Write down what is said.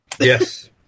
Yes